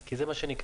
כי זה מה שנקבע